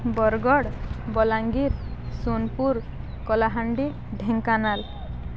Bargarh Balangir Sonepur Kalahandi Dhenkanal